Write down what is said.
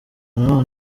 nanone